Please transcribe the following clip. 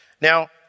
Now